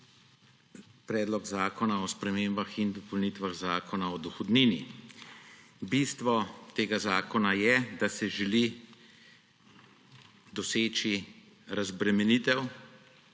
Predlog zakona o spremembah in dopolnitvah Zakona o dohodnini. Bistvo tega zakona je, da se želi doseči razbremenitev